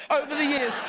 over the years,